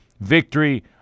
victory